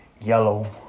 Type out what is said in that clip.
yellow